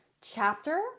chapter